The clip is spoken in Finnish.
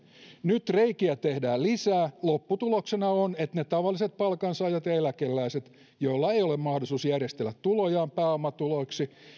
nyt reikiä tehdään lisää ja lopputuloksena on että tavalliset palkansaajat ja eläkeläiset joilla ei ole mahdollisuutta järjestellä tulojaan pääomatuloiksi